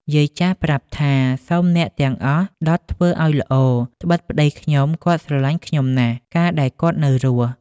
យាយចាស់ប្រាប់ថា "សូមអ្នកទាំងអស់ដុតធ្វើឲ្យល្អ ត្បិតប្តីខ្ញុំ គាត់ស្រឡាញ់ខ្ញុំណាស់ កាលដែលគាត់នៅរស់" ។